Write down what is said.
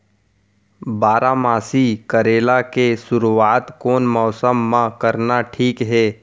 बारामासी करेला के शुरुवात कोन मौसम मा करना ठीक हे?